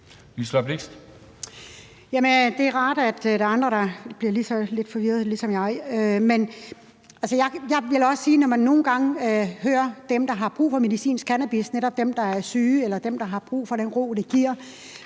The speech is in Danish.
det er rart, at der er andre, der ligesom mig bliver lidt forvirrede. Jeg vil da også sige, at når man nogle gange hører dem, der har brug for medicinsk cannabis – netop dem, der er syge, eller dem, der har brug for den ro, det giver